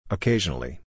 Occasionally